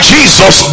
Jesus